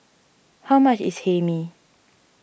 how much is Hae Mee